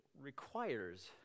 requires